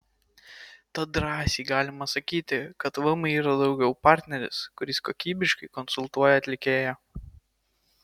tad drąsiai galima sakyti kad vmi yra daugiau partneris kuris kokybiškai konsultuoja atlikėją